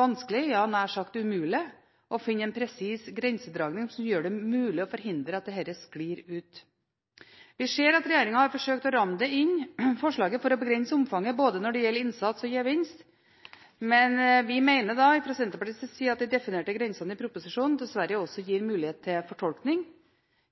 vanskelig, ja, nær sagt umulig, å finne en presis grensedragning som gjør det mulig å forhindre at dette sklir ut. Vi ser at regjeringen har forsøkt å ramme inn forslaget for å begrense omfanget når det gjelder både innsats og gevinst, men vi mener fra Senterpartiets side at de definerte grensene i proposisjonen dessverre også gir mulighet til fortolkning.